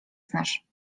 znasz